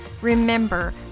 Remember